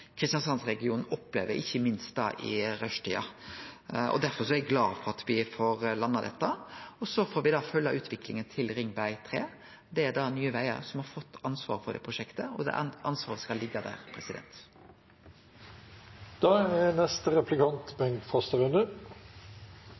opplever, ikkje minst i rushtida. Derfor er eg glad for at me får landa dette, og så får me følgje utviklinga til Ringvei 3. Det er Nye Vegar som har fått ansvaret for det prosjektet, og det ansvaret skal liggje der. Det er